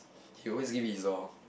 he always give his orh